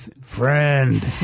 Friend